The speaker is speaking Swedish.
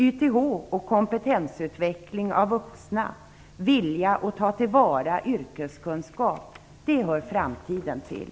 YTH och kompetensutveckling av vuxna, vilja att ta tillvara yrkeskunskap hör framtiden till.